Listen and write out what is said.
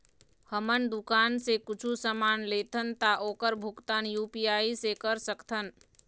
हमन दुकान से कुछू समान लेथन ता ओकर भुगतान यू.पी.आई से कर सकथन?